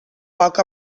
poc